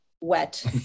wet